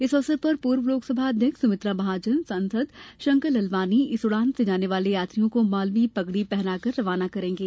इस अवसर पर पूर्व लोकसभा अध्यक्ष सुमित्रा महाजन सांसद शंकर लालवानी इस उडान से जाने वाले यात्रियों को मालवी पगडी पहनाकर रवाना करेंगे